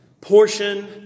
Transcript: Portion